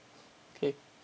okay